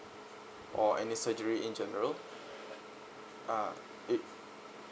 or any surgery in general uh it